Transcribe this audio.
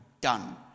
done